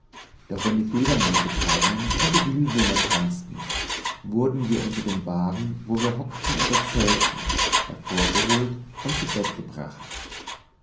doch wenn die fledermäuse kamen und die glühwürmer tanzten wurden wir unter dem wagen wo wir hockten und erzählten hervorgeholt und zu bett gebracht